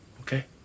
Okay